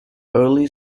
early